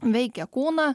veikia kūną